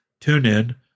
TuneIn